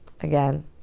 Again